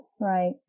right